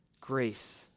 grace